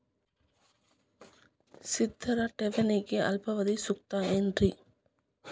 ಸ್ಥಿರ ಠೇವಣಿಗೆ ಅಲ್ಪಾವಧಿ ಸೂಕ್ತ ಏನ್ರಿ?